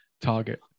target